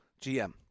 GM